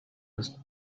ist